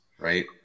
right